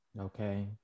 Okay